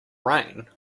rain